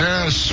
Yes